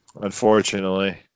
Unfortunately